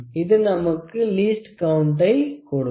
இது நமக்கு லீஸ்ட் கவுண்ட்டை கொடுக்கும்